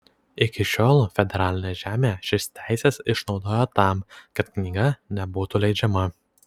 iki šiol federalinė žemė šias teises išnaudojo tam kad knyga nebūtų leidžiama